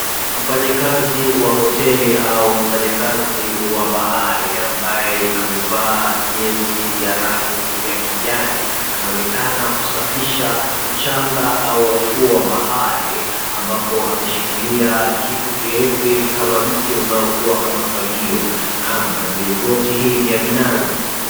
Mfanyikazi wa hoteli au mfanyikazi wa bahari ambaye amevaa jezi ya rangi ya kijani. Anaonekana kusafisha mchanga au ufuo wa bahari ambapo ameshikilia kitu kirefu hivi kama mti unaokua kama fagio. Naam na mligoti hii ya minazi.